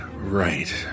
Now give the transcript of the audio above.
Right